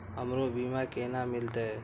हमरो बीमा केना मिलते?